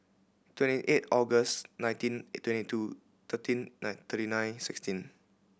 twenty eight August nineteen twenty two thirteen nine thirty nine sixteen